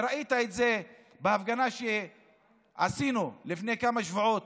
וראית את זה בהפגנה שעשינו לפני כמה שבועות